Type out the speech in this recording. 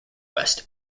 west